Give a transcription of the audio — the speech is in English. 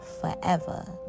forever